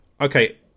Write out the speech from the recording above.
okay